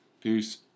Peace